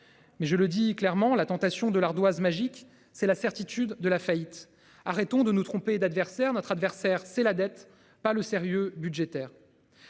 Mais je le dis clairement, la tentation de l'ardoise magique, c'est la certitude de la faillite. Arrêtons de nous tromper d'adversaire. Notre adversaire, c'est la dette pas le sérieux budgétaire